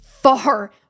far